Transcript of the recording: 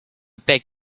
beg